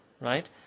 right